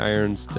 Irons